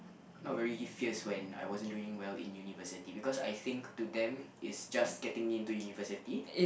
not very fierce when I wasn't doing well in university because I think to them it's just getting in to university